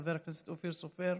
חבר הכנסת אופיר סופר,